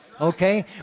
Okay